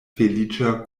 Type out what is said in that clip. feliĉa